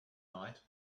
night